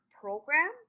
program